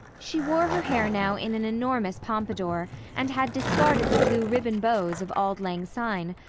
she wore her hair now in an enormous pompador and had discarded the blue ribbon bows of auld lang syne,